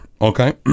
Okay